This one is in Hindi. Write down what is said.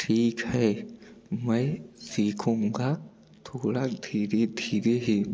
ठीक है मैं सीखूंगा थोड़ा धीरे धीरे ही